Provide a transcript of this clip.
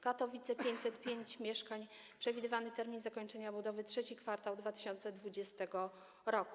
Katowice - 505 mieszkań, przewidywany termin zakończenia budowy to III kwartał 2020 r.